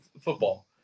football